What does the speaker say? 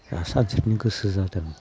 दा सानस्रिनो गोसो जादों